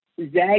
Zag